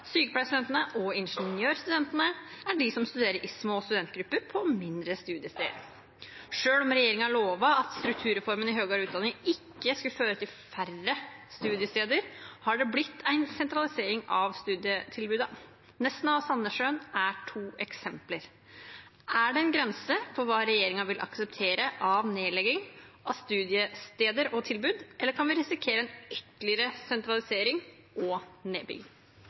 og ingeniørstudentene er de som studerer i små studentgrupper på mindre studiesteder. Selv om regjeringen lovet at strukturreformen i høyere utdanning ikke skulle føre til færre studiesteder, har det blitt en sentralisering av studietilbudene. Nesna og Sandnessjøen er to eksempler. Er det en grense for hva regjeringen vil akseptere av nedlegging av studiesteder og -tilbud, eller kan vi risikere en ytterligere sentralisering og nedbygging?»